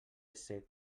ser